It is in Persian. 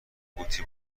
قوطی